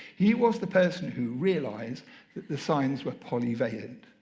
he was the person who realised that the signs were polyvalent.